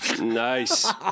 nice